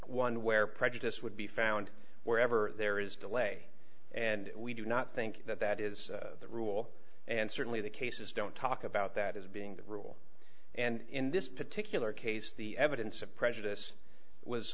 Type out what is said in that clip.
one where prejudice would be found wherever there is delay and we do not think that that is the rule and certainly the cases don't talk about that as being the rule and in this particular case the evidence of prejudice was